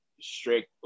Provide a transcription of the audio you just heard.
strict